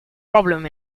problem